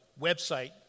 website